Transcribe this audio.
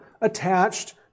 attached